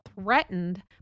threatened